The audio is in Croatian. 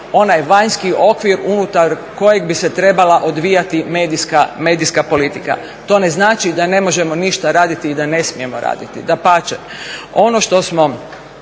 onaj vanjski okvir unutar kojeg bi se trebala odvijati medijska politika. To ne znači da ne možemo ništa raditi i da ne smijemo raditi. Dapače, ono što smo